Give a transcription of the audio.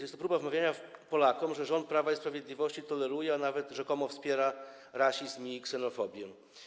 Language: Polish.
Jest to próba wmówienia Polakom, że rząd Prawa i Sprawiedliwości toleruje, a nawet rzekomo wspiera rasizm i ksenofobię.